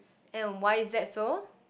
and why is that so